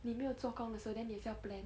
你没有做工的时候 then 你也要 plan